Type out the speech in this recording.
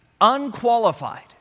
unqualified